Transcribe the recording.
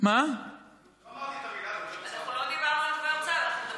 אמרתי את המילה דובר צה"ל.